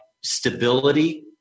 stability